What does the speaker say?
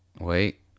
Wait